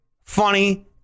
funny